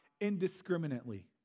indiscriminately